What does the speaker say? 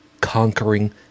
conquering